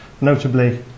notably